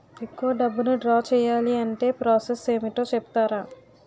ఎక్కువ డబ్బును ద్రా చేయాలి అంటే ప్రాస సస్ ఏమిటో చెప్తారా?